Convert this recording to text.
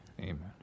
Amen